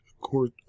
Court